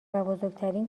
بزرگترین